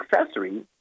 accessory